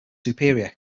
superior